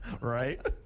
Right